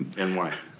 and why?